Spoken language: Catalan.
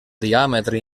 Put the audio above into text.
diàmetre